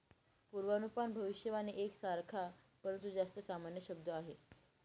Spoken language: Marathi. पूर्वानुमान भविष्यवाणी एक सारखा, परंतु जास्त सामान्य शब्द आहे